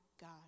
God